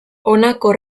honako